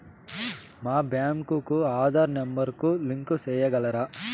మా బ్యాంకు కు ఆధార్ నెంబర్ కు లింకు సేయగలరా?